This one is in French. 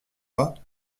pas